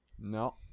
no